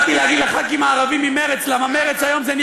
באתי להגיד לח"כים הערבים ממרצ כי מרצ היום,